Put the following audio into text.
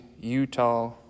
Utah